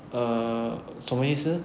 err 什么意思